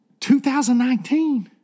2019